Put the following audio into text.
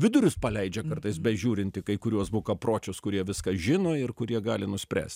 vidurius paleidžia kartais bežiūrint į kai kuriuos bukapročius kurie viską žino ir kurie gali nuspręst